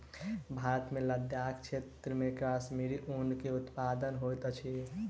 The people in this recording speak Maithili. भारत मे लदाख क्षेत्र मे कश्मीरी ऊन के उत्पादन होइत अछि